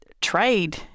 trade